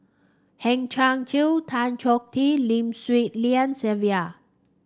Hang Chang Chieh Tan Choh Tee Lim Swee Lian Sylvia